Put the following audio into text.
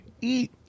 eat